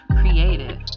creative